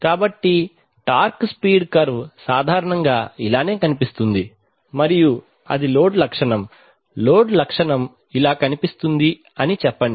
కాబట్టి torque speed curve సాధారణంగా ఇలానే కనిపిస్తుంది మరియు అది లోడ్ లక్షణం లోడ్ లక్షణం ఇలా కనిపిస్తుంది అని చెప్పండి